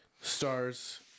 Stars